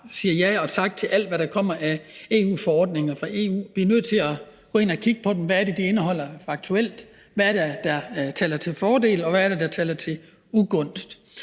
siger ja tak til alt, hvad der kommer af forordninger fra EU. Vi er nødt til at gå ind og kigge på det: Hvad er det, det indeholder faktuelt? Hvad er det, der taler til dets fordel, og hvad er det, der er til ugunst?